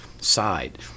side